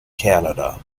canada